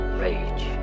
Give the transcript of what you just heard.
rage